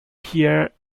pierre